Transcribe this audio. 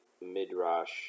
midrash